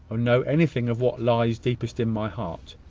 or know anything of what lies deepest in my heart.